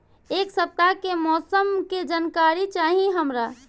एक सपताह के मौसम के जनाकरी चाही हमरा